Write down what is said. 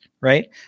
right